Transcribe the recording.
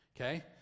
Okay